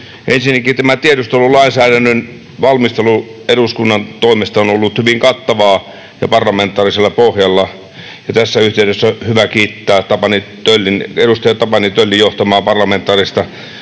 Ensinnäkin tämä tiedustelulainsäädännön valmistelu eduskunnan toimesta on ollut hyvin kattavaa ja parlamentaarisella pohjalla. Tässä yhteydessä on hyvä kiittää edustaja Tapani Töllin johtamaa parlamentaarista